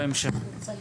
רוצה לשמוע ובהמשך.